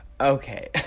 Okay